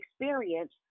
experience